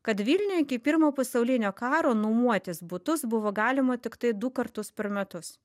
kad vilniuj iki pirmo pasaulinio karo nuomotis butus buvo galima tiktai du kartus per metus